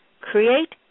create